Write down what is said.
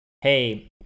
hey